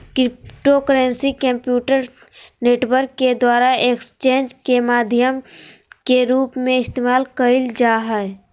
cryptocurrency computer network के द्वारा exchanges के माध्यम के रूप में इस्तेमाल कइल जा हइ